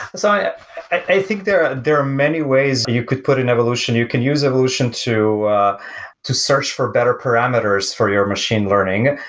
so i think there are there are many ways you could put an evolution. you can use evolution to to search for better parameters for your machine learning.